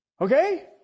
Okay